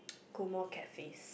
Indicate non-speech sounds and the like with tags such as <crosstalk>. <noise> go more cafes